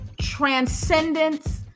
transcendence